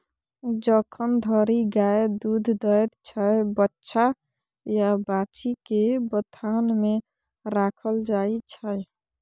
जखन धरि गाय दुध दैत छै बछ्छा या बाछी केँ बथान मे राखल जाइ छै